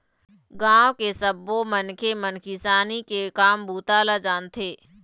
गाँव के सब्बो मनखे मन किसानी के काम बूता ल जानथे